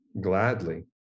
gladly